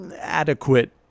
adequate